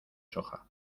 soja